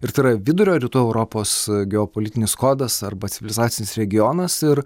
ir tai yra vidurio rytų europos geopolitinis kodas arba civilizacinis regionas ir